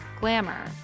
Glamour